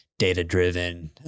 data-driven